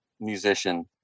musician